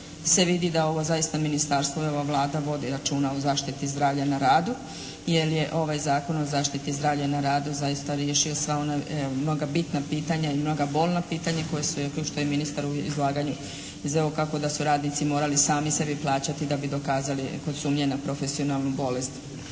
se vidi da ovo zaista Ministarstvo i ova Vlada vodi računa o zaštiti zdravlja na radu jer je ovaj Zakon o zaštiti zdravlja na radu zaista riješio sva ona, mnoga bitna pitanja i mnoga bolna pitanja koja su kao što je ministar u izlaganju iznio kako da su radnici morali sami sebi plaćati da bi dokazali kod sumnje na profesionalnu bolest.